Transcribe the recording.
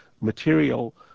material